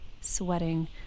sweating